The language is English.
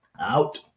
out